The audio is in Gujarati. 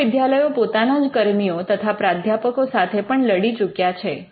વિશ્વવિદ્યાલયો પોતાના જ કર્મીઓ તથા પ્રાધ્યાપકો સાથે પણ લડી ચૂક્યા છે